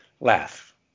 laugh